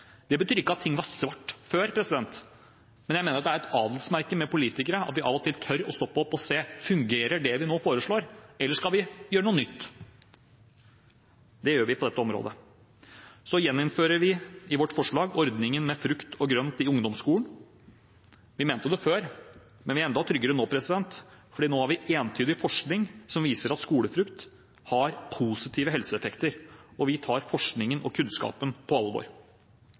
Det betyr ikke at ting var svart før, men jeg mener at det er et adelsmerke ved politikere at vi av og til tør stoppe opp og se om det vi nå foreslår, fungerer, eller om vi skal gjøre noe nytt. Det gjør vi på dette området. Vi gjeninnfører, i vårt forslag, ordningen med frukt og grønt i ungdomsskolen. Vi mente det før, men vi er enda tryggere nå, for nå har vi entydig forskning som viser at skolefrukt har positive helseeffekter, og vi tar forskningen og kunnskapen på alvor.